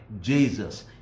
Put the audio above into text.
Jesus